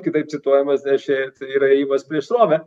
kitaip cituojamas nes čia ir yra ėjimas prieš srovę